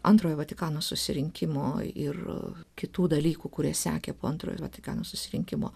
antrojo vatikano susirinkimo ir kitų dalykų kurie sekė po antrojo vatikano susirinkimo